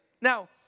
Now